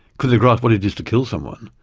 could they grasp what it is to kill someone,